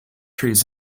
trees